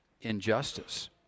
injustice